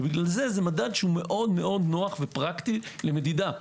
לכן זה מדד מאו נוח ופרקטי למדידה.